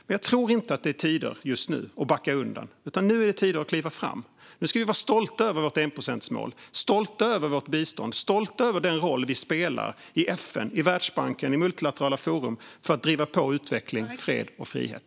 Men jag tror inte att det just nu är tider att backa undan. Nu är det tider att kliva fram. Nu ska vi vara stolta över vårt enprocentsmål, stolta över vårt bistånd, stolta över den roll vi spelar i FN, i Världsbanken och i multilaterala forum för att driva på utveckling, fred och frihet.